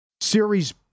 Series